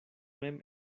mem